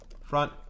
Front